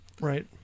Right